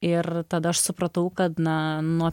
ir tada aš supratau kad na nuo